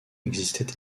existait